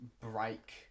break